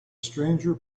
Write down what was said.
stranger